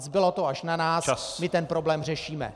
Zbylo to až na nás, my ten problém řešíme.